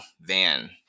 van